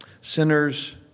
Sinners